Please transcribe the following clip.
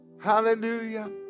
Hallelujah